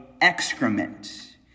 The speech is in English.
excrement